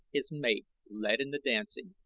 his mate, led in the dancing,